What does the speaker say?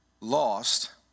lost